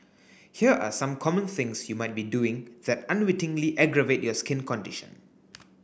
here are some common things you might be doing that unwittingly aggravate your skin condition